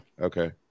Okay